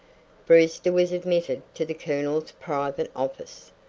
brewster was admitted to the colonel's private office.